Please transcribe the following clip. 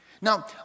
Now